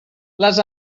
les